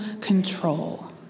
control